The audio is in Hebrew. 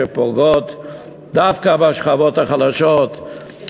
שפוגעות דווקא בשכבות החלשות,